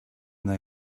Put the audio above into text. they